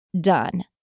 done